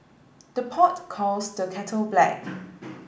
the pot calls the kettle black